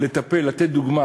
לטפל, לתת דוגמה